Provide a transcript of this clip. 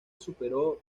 superó